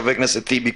חבר הכנסת טיבי,